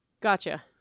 Gotcha